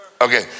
Okay